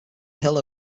hill